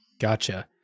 Gotcha